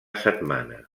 setmana